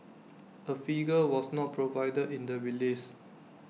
A figure was not provided in the release